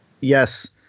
yes